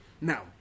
Now